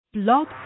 Blog